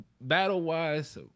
battle-wise